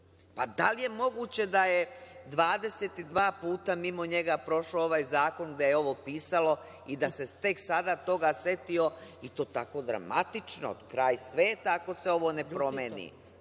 da li je moguće da je 22 puta mimo njega prošao ovaj zakon gde je ovo pisalo i da se tek sada toga setio i to tako dramatično, kraj sveta ako se ovo ne promeni?